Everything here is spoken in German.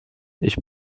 ich